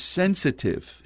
sensitive